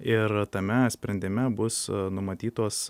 ir tame sprendime bus numatytos